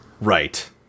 Right